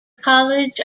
college